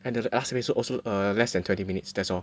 and the last episode also err less than twenty minutes that's all